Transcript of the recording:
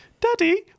Daddy